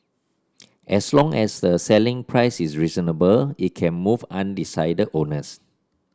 as long as the selling price is reasonable it can move undecided owners